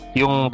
yung